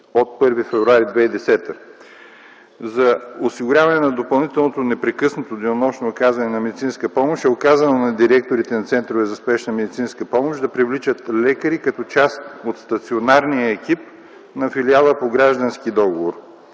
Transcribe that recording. от 1 февруари 2010 г. За осигуряване на допълнителното непрекъснато денонощно оказване на медицинска помощ е оказано на директорите на центровете за спешна медицинска помощ да привличат лекари като част от стационарния екип на филиала по граждански договор,